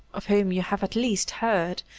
of whom you have at least heard,